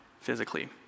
physically